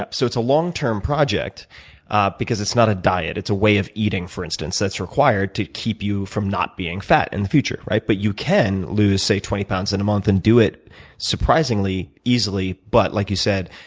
ah so it's a long term project ah because it's not a diet it's a way of eating, for instance, that's required to keep you from not being fat in the future. but you can lose, say, twenty pounds in a month and do it surprisingly easily. but like you said,